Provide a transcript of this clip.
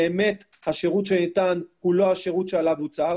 שבאמת השירות שניתן הוא לא השירות עליו הוצהר.